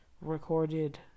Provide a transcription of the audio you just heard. recorded